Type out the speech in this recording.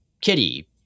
Kitty